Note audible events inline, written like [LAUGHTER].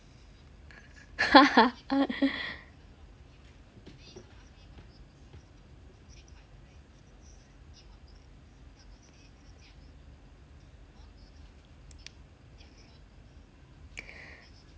[LAUGHS]